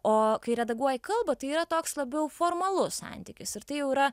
o kai redaguoji kalbą tai yra toks labiau formalus santykis ir tai jau yra